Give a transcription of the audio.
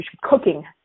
cooking